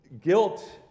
Guilt